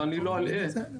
ואני לא אלאה אתכם בהם.